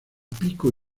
pico